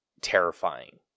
terrifying